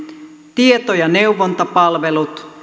tieto ja neuvontapalvelut